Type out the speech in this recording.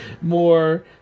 More